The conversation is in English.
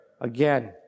again